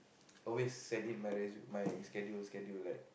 always set in my my schedule schedule like